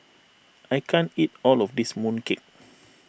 I can't eat all of this mooncake